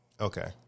Okay